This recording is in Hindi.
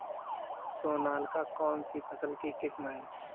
सोनालिका कौनसी फसल की किस्म है?